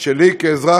או שלי כאזרח,